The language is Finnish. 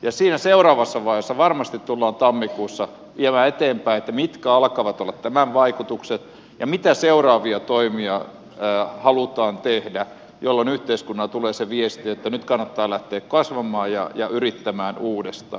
ja siinä seuraavassa vaiheessa tammikuussa varmasti tullaan viemään eteenpäin sitä että mitkä alkavat olla tämän vaikutukset ja mitä seuraavia toimia halutaan tehdä jolloin yhteiskunnalle tulee se viesti että nyt kannattaa lähteä kasvamaan ja yrittämään uudestaan